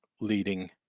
leading